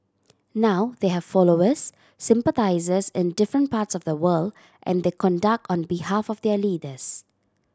now they have followers sympathisers in different parts of the world and they conduct on behalf of their leaders